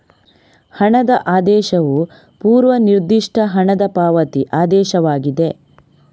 ಹಣದ ಆದೇಶವು ಪೂರ್ವ ನಿರ್ದಿಷ್ಟ ಹಣದ ಪಾವತಿ ಆದೇಶವಾಗಿದೆ